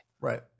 Right